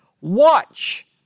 watch